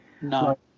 no